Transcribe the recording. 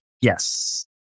Yes